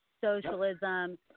socialism